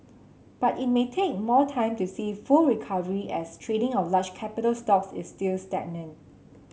but it may take more time to see full recovery as trading of large capital stocks is still stagnant